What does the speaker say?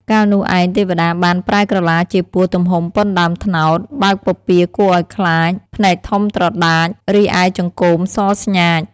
កាលនោះឯង ទេវតាបានប្រែក្រឡាជាពស់ទំហំប៉ុនដើមត្នោត បើកពពារគួរឱ្យខ្លាច ភ្នែកធំត្រដាច រីឯចង្កូមសស្ញាច។